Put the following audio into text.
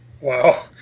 Wow